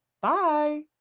Bye